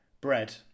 bread